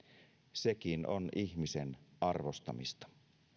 sekin on ihmisen arvostamista